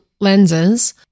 lenses